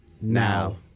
Now